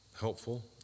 helpful